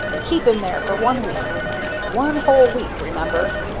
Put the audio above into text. and keep him there for one week one whole week, remember.